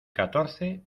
catorce